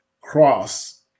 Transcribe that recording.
cross